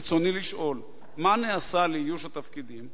רצוני לשאול: 1. מה נעשה לאיוש התפקידים?